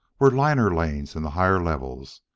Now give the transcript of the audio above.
were liner lanes in the higher levels,